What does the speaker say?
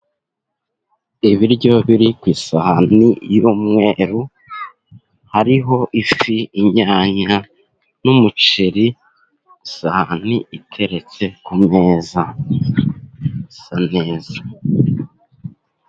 Ibiryo biri ku isahani y'umweru, hariho ifi, inyanya n'umuceri. Isahani iteretse ku meza isa neza.